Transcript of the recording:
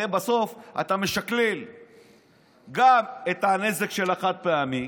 הרי בסוף אתה משקלל גם את הנזק של החד-פעמי